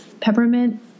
peppermint